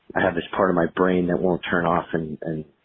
have this part of my brain that won't turn off and, and